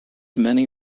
many